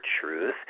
truth